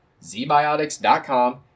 Zbiotics.com